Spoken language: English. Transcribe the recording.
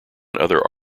other